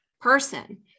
person